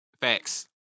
Facts